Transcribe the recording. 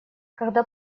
когда